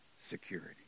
security